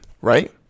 right